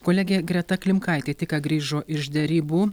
kolegė greta klimkaitė tik ką grįžo iš derybų